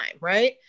right